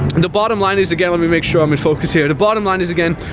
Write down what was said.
the bottom line is, again, let me make sure i'm in focus here. the bottom line is again,